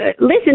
Listen